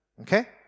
Okay